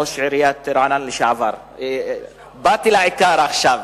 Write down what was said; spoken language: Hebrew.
ראש עיריית רעננה לשעבר, באתי לעיקר עכשיו.